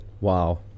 Wow